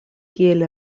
kiel